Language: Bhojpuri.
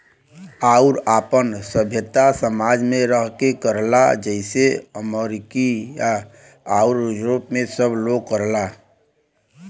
आउर आपन सभ्यता समाज मे रह के करला जइसे अमरीका आउर यूरोप मे सब लोग करला